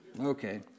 Okay